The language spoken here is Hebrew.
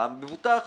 המבוטח